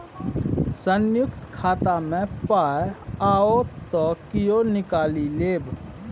संयुक्त खाता मे पाय आओत त कियो निकालि लेब